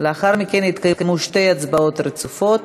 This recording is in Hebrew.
ולאחר מכן יתקיימו שתי הצבעות רצופות,